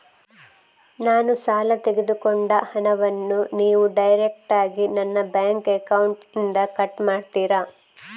ನಾನು ಸಾಲ ತೆಗೆದುಕೊಂಡ ಹಣವನ್ನು ನೀವು ಡೈರೆಕ್ಟಾಗಿ ನನ್ನ ಬ್ಯಾಂಕ್ ಅಕೌಂಟ್ ಇಂದ ಕಟ್ ಮಾಡ್ತೀರಾ?